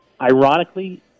Ironically